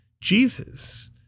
Jesus